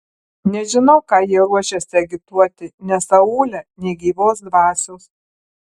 nežinau ką jie ruošiasi agituoti nes aūle nė gyvos dvasios